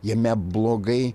jame blogai